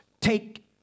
take